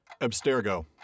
Abstergo